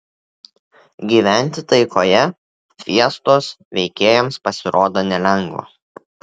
gyventi taikoje fiestos veikėjams pasirodo nelengva